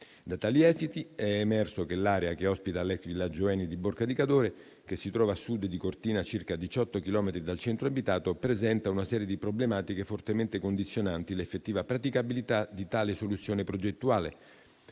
Da tali esiti è emerso che l'area che ospita l'ex villaggio ENI di Borca di Cadore, che si trova a sud di Cortina, a circa 18 chilometri dal centro abitato, presenta una serie di problematiche fortemente condizionanti l'effettiva praticabilità di tale soluzione progettuale,